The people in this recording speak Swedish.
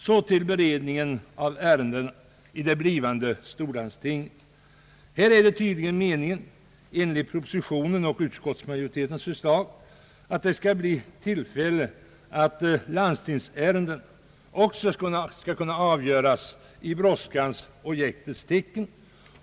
Så till beredningen av ärendena i det blivande storlandstinget. Här är det tydligen enligt propositionen och utskottsmajoritetens förslag meningen att också landstingsärenden skall kunna avgöras i brådskans och jäktets tecken.